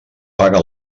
paga